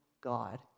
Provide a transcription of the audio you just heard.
God